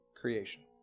creation